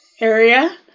area